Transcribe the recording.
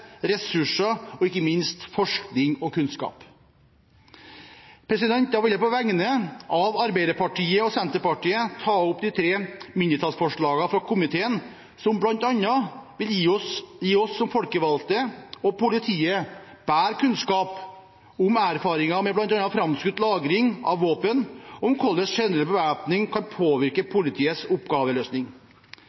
ressurser og – ikke minst – forskning og kunnskap. Da vil jeg på vegne av Arbeiderpartiet og Senterpartiet ta opp de tre mindretallsforslagene fra komiteen, som bl.a. vil gi oss som folkevalgte og politiet bedre kunnskap om erfaringene med bl.a. framskutt lagring av våpen og om hvordan generell bevæpning kan påvirke politiets oppgaveløsning.